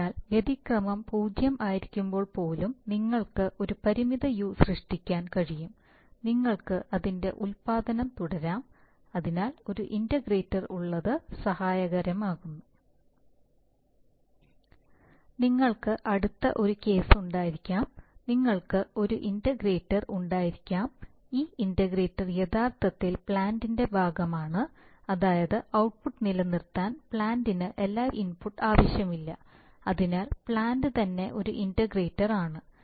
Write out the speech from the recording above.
അതിനാൽ വ്യതിക്രമം 0 ആയിരിക്കുമ്പോൾ പോലും നിങ്ങൾക്ക് ഒരു പരിമിത u സൃഷ്ടിക്കാൻ കഴിയും നിങ്ങൾക്ക് അതിൻറെ ഉൽപ്പാദനം തുടരാം അതിനാൽ ഒരു ഇന്റഗ്രേറ്റർ ഉള്ളത് സഹായകരമാകുന്നു നിങ്ങൾക്ക് അടുത്ത ഒരു കേസ് ഉണ്ടായിരിക്കാം നിങ്ങൾക്ക് ഒരു ഇന്റഗ്രേറ്റർ ഉണ്ടായിരിക്കാം ഈ ഇന്റഗ്രേറ്റർ യഥാർത്ഥത്തിൽ പ്ലാന്റിന്റെ ഭാഗമാണ് അതായത് ഔട്ട്പുട്ട് നിലനിർത്താൻ പ്ലാറ്റിന് എല്ലായ്പ്പോഴും ഒരു ഇൻപുട്ട് ആവശ്യമില്ല അതിനാൽ പ്ലാന്റ് തന്നെ ഒരു ഇന്റഗ്രേറ്റർ ആണ്